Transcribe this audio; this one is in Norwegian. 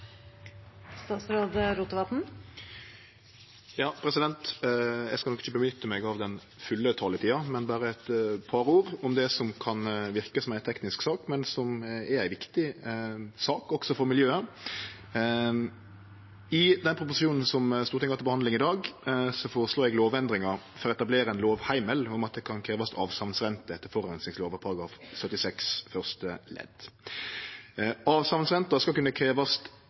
Eg skal ikkje nytte meg av den fulle taletida, men berre seie eit par ord om det som kan verke som ei teknisk sak, men som er ei viktig sak også for miljøet. I den proposisjonen som Stortinget har til behandling i dag, føreslo eg lovendringar for å etablere ein lovheimel om at det kan krevjast avsavnsrente etter forureiningslova § 76 første ledd. Avsavnsrenta skal kunne krevjast